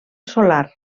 solar